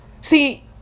See